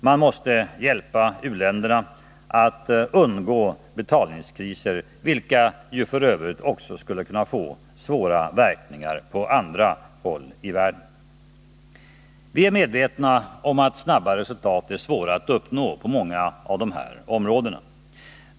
Man måste hjälpa u-länderna att undgå betalningskriser, vilka f. ö. skulle kunna få svåra verkningar också på andra håll i världen. Vi är medvetna om att snabba resultat är svåra att uppnå på många av dessa Nr 48 områden.